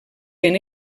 ben